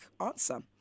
answer